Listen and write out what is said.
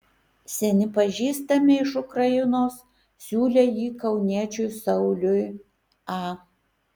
seni pažįstami iš ukrainos siūlė jį kauniečiui sauliui a